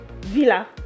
Villa